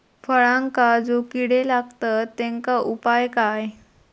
फळांका जो किडे लागतत तेनका उपाय काय?